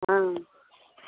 हॅं